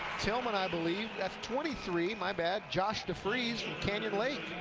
tilghman i believe, that's twenty three, my bad, josh devries, canyon lake.